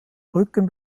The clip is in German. rücken